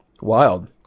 Wild